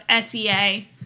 sea